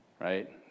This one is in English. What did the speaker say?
Right